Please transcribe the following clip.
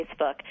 Facebook